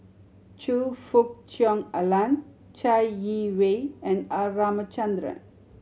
Choe Fook Cheong Alan Chai Yee Wei and R Ramachandran